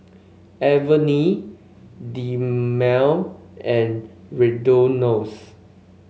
Avene Dermale and Redoxon